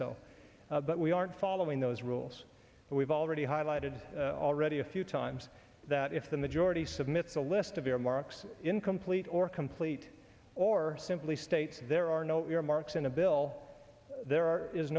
so but we aren't following those rules but we've already highlighted already a few times that if the majority submits a list of earmarks incomplete or complete or simply states there are no earmarks in a bill there